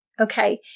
Okay